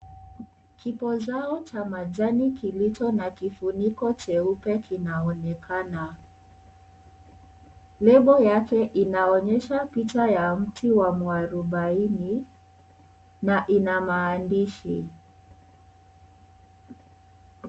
Kipozao cha majani kilicho na kifuniko cheupe kinaonekana. Lebo yake inaonyesha picha ya mti wa muarubaini na inamaandishi.